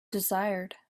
desired